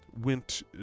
went